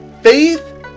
faith